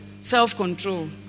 self-control